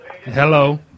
Hello